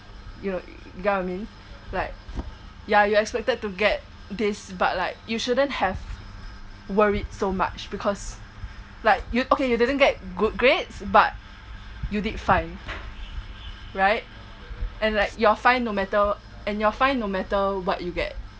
you know you got what I mean like ya you expected to get this but like you shouldn't have worried so much because like you okay you doesn't get good grades but you did fine right and like you're fine no matter and you're fine no matter what you get